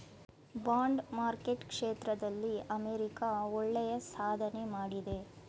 bond market ಕ್ಷೇತ್ರದಲ್ಲಿ America ಒಳ್ಳೆಯ ಸಾಧನೆ ಮಾಡಿದೆ